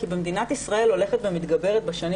כי במדינת ישראל הולכת ומתגברת בשנים